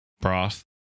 Broth